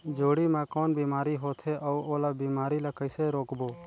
जोणी मा कौन बीमारी होथे अउ ओला बीमारी ला कइसे रोकबो?